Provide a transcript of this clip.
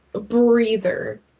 breather